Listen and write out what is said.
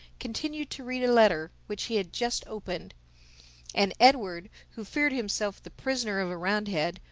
continued to read a letter which he had just opened and edward, who feared himself the prisoner of a roundhead,